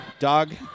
Doug